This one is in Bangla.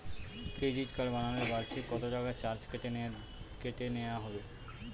ক্রেডিট কার্ড বানালে বার্ষিক কত টাকা চার্জ কেটে নেওয়া হবে?